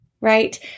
Right